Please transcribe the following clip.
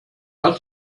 hat